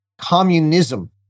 Communism